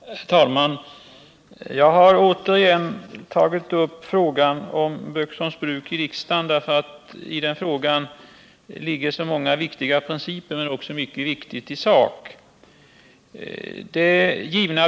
Herr talman! Jag har återigen i riksdagen tagit upp frågan om Böksholms bruk därför att det i den frågan ligger många viktiga principer men också mycket som är viktigt i sak.